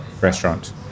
restaurant